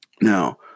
Now